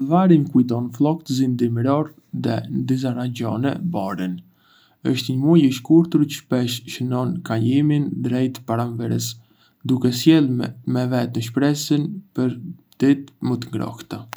Fëlvari më kujton ftohtësinë dimërore dhe, në disa rajone, borën. Është një muaj i shkurtër çë shpesh shënon kalimin drejt pranverës, duke sjellë me vete shpresën për ditë më të ngrohta.